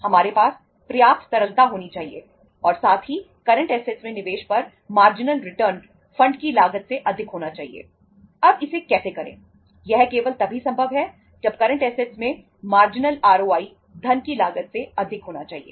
हमारे पास पर्याप्त तरलता होनी चाहिए और साथ ही करंट असेट्स धन की लागत से अधिक होना चाहिए